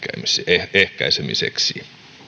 ennaltaehkäisemiseksi